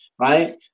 right